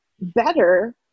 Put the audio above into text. better